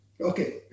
Okay